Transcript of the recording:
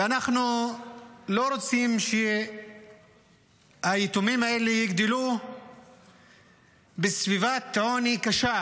ואנחנו לא רוצים שהיתומים האלה יגדלו בסביבת עוני קשה,